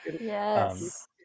Yes